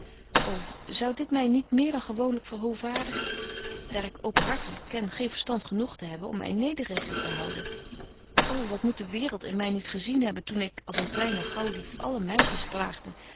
o zou dit my niet meer dan gewoonlyk verhobetje wolff en aagje deken historie van mejuffrouw sara burgerhart vaardigen daar ik openhartig beken geen verstand genoeg te hebben om my nederiger te houden o wat moet de waereld in my niet gezien hebben toen ik als een kleine gaauwdief alle meisjes plaagde